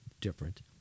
different